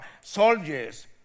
soldiers